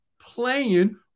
playing